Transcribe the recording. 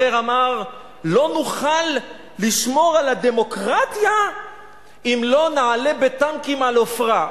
אחר אמר: לא נוכל לשמור על הדמוקרטיה אם לא נעלה בטנקים על עופרה.